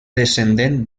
descendent